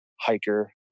hiker